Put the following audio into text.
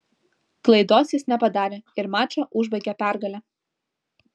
klaidos jis nepadarė ir mačą užbaigė pergale